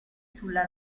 sulla